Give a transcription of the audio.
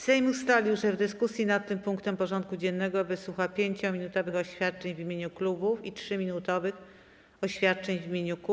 Sejm ustalił, że w dyskusji nad tym punktem porządku dziennego wysłucha 5-minutowych oświadczeń w imieniu klubów i 3-minutowych oświadczeń w imieniu kół.